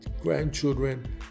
grandchildren